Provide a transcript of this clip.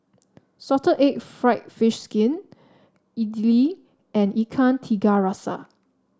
Salted Egg fried fish skin idly and Ikan Tiga Rasa